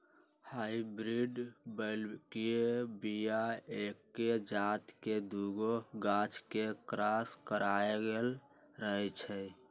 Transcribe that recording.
hybrid बलौकीय बीया एके जात के दुगो गाछ के क्रॉस कराएल रहै छै